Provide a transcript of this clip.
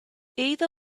either